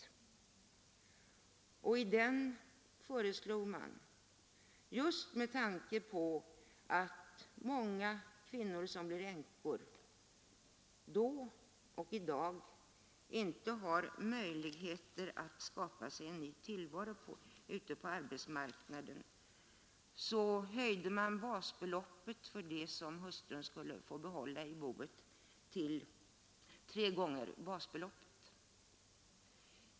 I den föreslogs med tanke på att många kvinnor som blir änkor inte har möjlighet att skaffa sig en ny tillvaro ute på arbetsmarknaden att värdet av det som hustrun får behålla i boet skulle höjas till tre gånger basbeloppet.